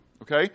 Okay